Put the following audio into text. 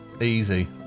Easy